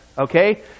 Okay